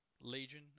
Legion